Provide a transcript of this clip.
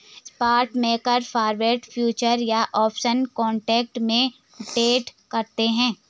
spot market forward, futures या options contract में trade करते हैं